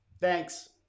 Thanks